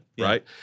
right